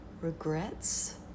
regrets